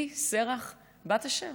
היא שרח בת אשר?